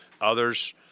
Others